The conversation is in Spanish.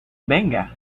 venga